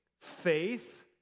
faith